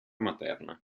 materna